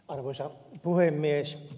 arvoisa puhemies